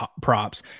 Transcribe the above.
props